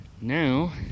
now